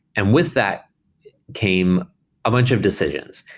and with that came a bunch of decisions.